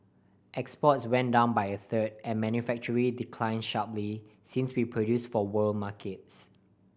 exports went down by a third and manufacturing declined sharply since we produced for world markets